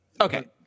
Okay